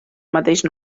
mateix